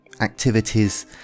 activities